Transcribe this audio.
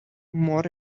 more